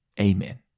Amen